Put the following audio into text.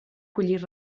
collir